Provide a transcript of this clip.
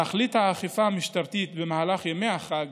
תכלית האכיפה המשטרתית במהלך ימי החג